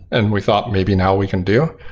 and we thought maybe now we can do.